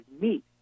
meat